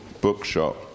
bookshop